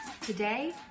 Today